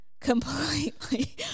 completely